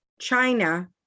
China